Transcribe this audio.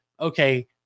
okay